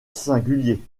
singulier